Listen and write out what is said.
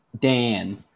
Dan